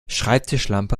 schreibtischlampe